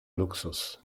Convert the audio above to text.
luxus